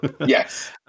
Yes